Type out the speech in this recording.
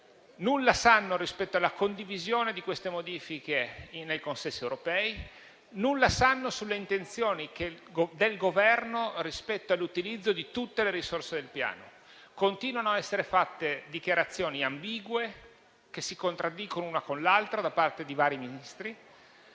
nulla sanno rispetto alla condivisione di queste modifiche nei consessi europei; nulla sanno sulle intenzioni del Governo rispetto all'utilizzo di tutte le risorse del Piano. Da parte di vari Ministri continuano a essere fatte dichiarazioni ambigue che si contraddicono una con l'altra. L'unica certezza